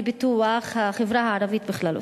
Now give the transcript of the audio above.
לפיתוח החברה הערבית בכללותה.